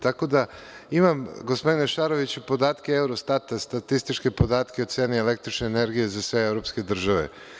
Tako da, imam, gospodine Šaroviću podatke Eurostata, statističke podatke o ceni električne energije za sve evropske države.